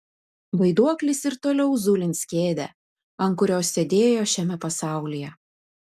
vaiduoklis ir toliau zulins kėdę ant kurios sėdėjo šiame pasaulyje